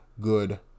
good